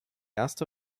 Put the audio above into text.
erste